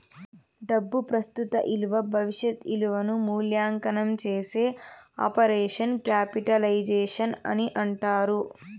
డబ్బు ప్రస్తుత ఇలువ భవిష్యత్ ఇలువను మూల్యాంకనం చేసే ఆపరేషన్ క్యాపిటలైజేషన్ అని అంటారు